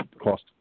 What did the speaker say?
cost